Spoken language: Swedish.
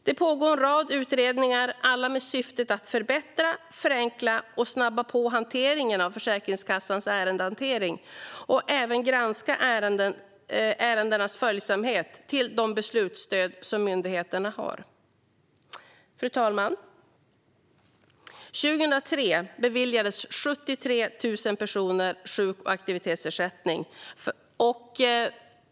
Det pågår en rad utredningar, alla med syftet att förbättra, förenkla och snabba på hanteringen av Försäkringskassans ärendehantering och även granska ärendenas följsamhet till de beslutsstöd som myndigheten har. Fru talman! År 2003 beviljades 73 000 personer sjuk och aktivitetsersättning.